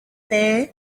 there